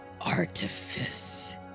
artifice